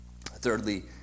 Thirdly